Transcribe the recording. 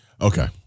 Okay